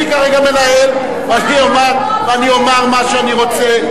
אני כרגע מנהל, ואני אומר מה שאני רוצה.